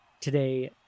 today